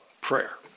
prayer